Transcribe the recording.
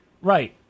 Right